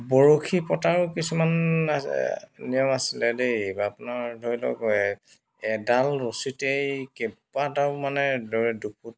বৰশী পতাৰো কিছুমান নিয়ম আছিলে দেই আপোনাৰ ধৰি লওক এডাল ৰছীতেই কেইবাটাও মানে